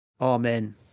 Amen